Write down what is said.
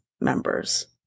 members